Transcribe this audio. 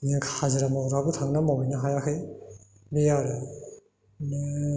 बिदिनो हाजिरा मावग्रायाबो थांनानै मावहैनो हायाखै बे आरो बिदिनो